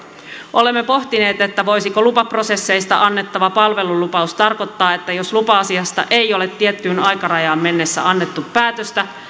olemme pohtineet voisiko lupaprosesseista annettava palvelulupaus tarkoittaa että jos lupa asiasta ei ole tiettyyn aikarajaan mennessä annettu päätöstä